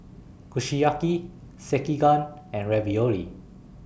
Kushiyaki Sekihan and Ravioli